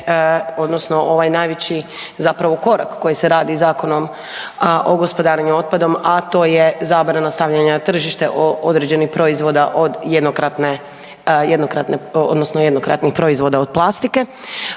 odnosno ovaj najveći korak koji se radi Zakonom o gospodarenju otpadom, a to je zabrana stavljanja na tržište određenih jednokratnih proizvoda od plastike